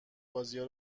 بازیا